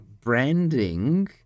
branding